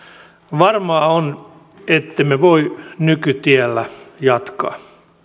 varmaa on ettemme voi nykytiellä jatkaa